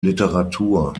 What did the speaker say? literatur